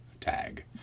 tag